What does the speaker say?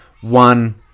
one